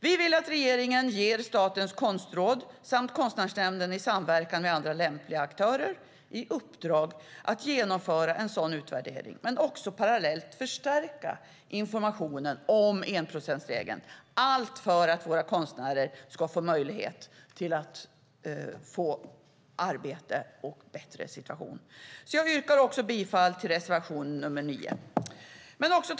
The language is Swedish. Vi vill att regeringen ger Statens konstråd samt Konstnärsnämnden i samverkan med andra lämpliga aktörer i uppdrag att genomföra en sådan utvärdering och parallellt förstärka informationen om enprocentsregeln, allt för att våra konstnärer ska få möjlighet till arbete och en bättre situation. Jag yrkar därför bifall även till reservation nr 4. Herr talman!